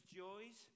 joys